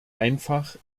einfach